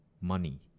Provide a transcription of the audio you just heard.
money